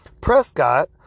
Prescott